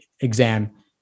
exam